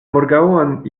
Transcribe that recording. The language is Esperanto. morgaŭon